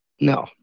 No